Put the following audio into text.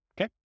okay